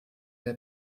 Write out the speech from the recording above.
der